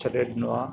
छॾे ॾिनो आहे